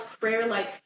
prayer-like